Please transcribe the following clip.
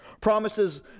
Promises